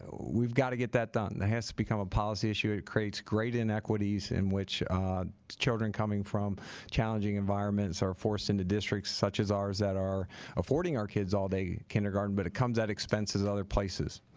we've got to get that done that has to become a policy issue it creates great inequities in which children coming from challenging environments are forced into districts such as ours that are affording our kids all-day kindergarten but it comes out expenses of other places